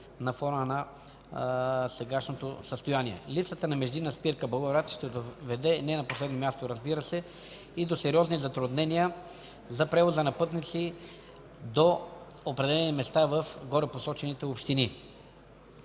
на фона на сегашното състояние. Липсата на междинна спирка – Благоевград, ще доведе и не на последно място, разбира се, и до сериозни затруднения за превоза на пътници до определени места в горепосочените общини.